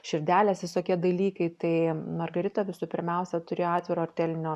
širdelės visokie dalykai tai margarita visų pirmiausia turėjo atviro artelinio